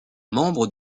membre